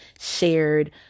shared